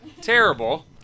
Terrible